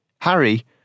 Harry